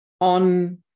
on